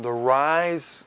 the rise